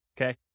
okay